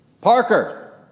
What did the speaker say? Parker